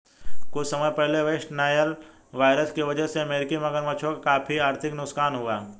कुछ समय पहले वेस्ट नाइल वायरस की वजह से अमेरिकी मगरमच्छों का काफी आर्थिक नुकसान हुआ